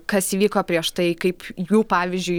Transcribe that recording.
kas įvyko prieš tai kaip jų pavyzdžiui